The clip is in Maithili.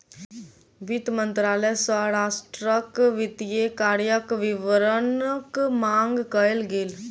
वित्त मंत्रालय सॅ राष्ट्रक वित्तीय कार्यक विवरणक मांग कयल गेल